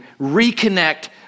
reconnect